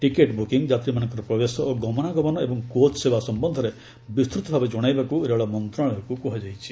ticket booking ଯାତ୍ରୀମାନଙ୍କର ପ୍ରବେଶ ଓ ଗମନାଗମନ ଏବଂ କୋଚ୍ ସେବା ସମ୍ୟନ୍ଧରେ ବିସ୍ତୃତ ଭାବେ ଜଣାଇବାକୁ ରେଳ ମନ୍ତ୍ରଣାଳୟକୁ କୁହାଯାଇଛି